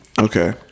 Okay